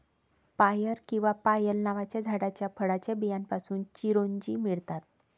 पायर किंवा पायल नावाच्या झाडाच्या फळाच्या बियांपासून चिरोंजी मिळतात